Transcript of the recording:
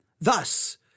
Thus